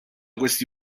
questi